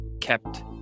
kept